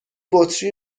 بطری